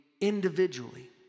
individually